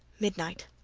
midnight.